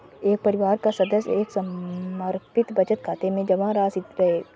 एक परिवार का सदस्य एक समर्पित बचत खाते में जमा राशि रखेगा